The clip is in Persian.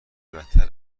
بدتر